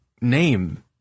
name